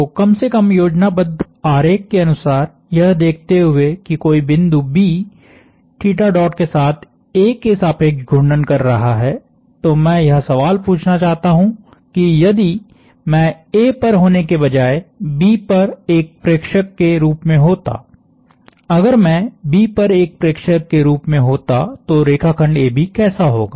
तो कम से कम योजनाबद्ध आरेख के अनुसार यह देखते हुए कि कोई बिंदु Bके साथ A के सापेक्ष घूर्णन कर रहा हैतो मैं यह सवाल पूछना चाहता हूं कि यदि मैं A पर होने के बजाय B पर एक प्रेक्षक के रूप में होता अगर मैं B पर एक प्रेक्षक के रूप में होता तो रेखाखंड AB कैसा होगा